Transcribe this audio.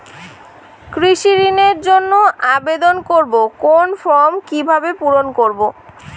কৃষি ঋণের জন্য আবেদন করব কোন ফর্ম কিভাবে পূরণ করব?